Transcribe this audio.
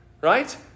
right